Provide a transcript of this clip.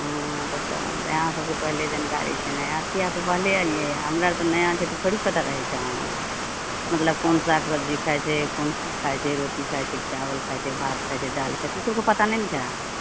हँ तब तऽ वहए सबके पहिले जानकारी छै नया आरके अहाँ तऽ पहले अयलियै हमरा आर तऽ नया छै तऽ थोड़ी पता रहै छै अहाँ मतलब कोन साग सब्जी खाइ छै कोन कि खाइ छै रोटी खाइ छै कि चावल खाइ छै भात खाइ छै दालि खाइ छै ई सबके पता नहि ने छै